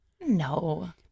no